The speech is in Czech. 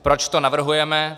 Proč to navrhujeme?